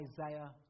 Isaiah